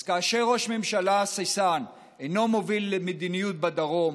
אז כאשר ראש ממשלה הססן אינו מוביל מדיניות בדרום,